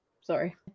sorry